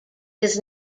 does